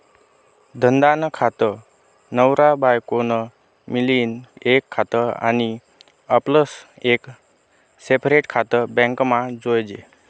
धंदा नं खातं, नवरा बायको नं मियीन एक खातं आनी आपलं एक सेपरेट खातं बॅकमा जोयजे